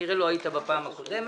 כנראה לא היית בפעם הקודמת.